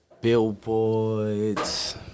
billboards